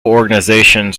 organizations